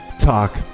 talk